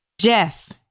Jeff